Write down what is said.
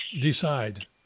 decide